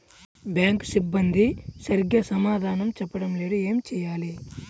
Bank సిబ్బంది సరిగ్గా సమాధానం చెప్పటం లేదు ఏం చెయ్యాలి?